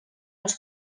els